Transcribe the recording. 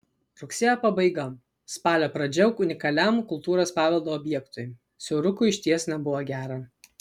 rugsėjo pabaiga spalio pradžia unikaliam kultūros paveldo objektui siaurukui išties nebuvo gera